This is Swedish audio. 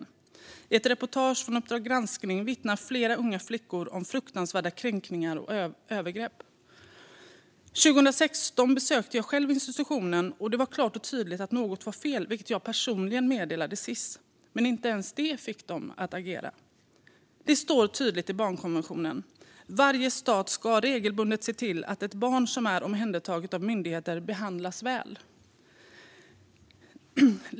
I ett reportage från Uppdrag granskning vittnar flera unga flickor om fruktansvärda kränkningar och övergrepp. År 2016 besökte jag själv institutionen. Det var klart och tydligt att något var fel, vilket jag personligen meddelande Sis. Men inte ens det fick dem att agera. Det står tydligt i barnkonventionen: "Varje stat ska regelbundet se till att ett barn som är omhändertaget av myndigheter behandlas väl."